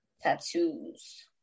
Tattoos